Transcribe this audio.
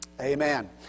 amen